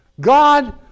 God